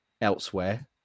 elsewhere